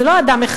זה לא אדם אחד.